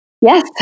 Yes